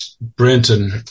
Brenton